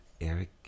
Eric